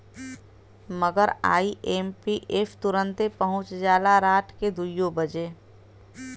मगर आई.एम.पी.एस तुरन्ते पहुच जाला राट के दुइयो बजे